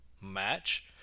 match